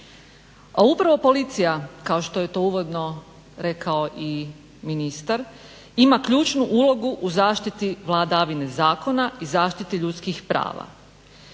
A upravo policija, kao što je to uvodno rekao i ministar, ima ključnu ulogu u zaštiti vladavine zakona i zaštiti ljudskih prava.